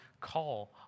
call